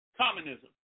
communism